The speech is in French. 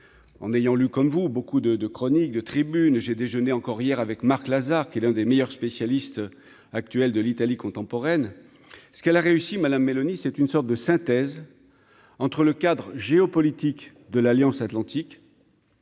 en ayant lu comme vous, beaucoup de de chroniques de tribune, j'ai déjeuné encore hier avec Marc Lazar, qui est l'un des meilleurs spécialistes actuels de l'Italie contemporaine, ce qu'elle a réussi, madame Meloni c'est une sorte de synthèse entre le cadre géopolitique de l'Alliance Atlantique,